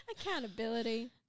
Accountability